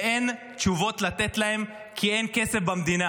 ואין תשובות לתת להם, כי אין כסף במדינה.